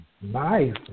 Nice